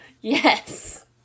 Yes